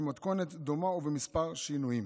במתכונת דומה ובכמה שינויים.